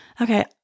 Okay